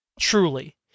Truly